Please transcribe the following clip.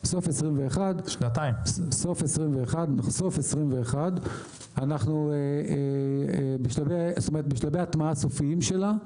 בסוף 2021. אנחנו בשלבי הטמעה סופיים שלה,